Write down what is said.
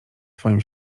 swoim